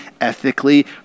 ethically